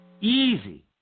Easy